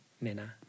Nena